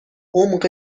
عمق